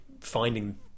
finding